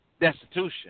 destitution